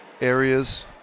areas